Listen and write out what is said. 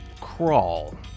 crawl